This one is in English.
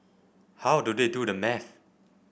how do they do the maths